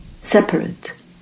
separate